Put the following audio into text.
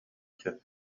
сөп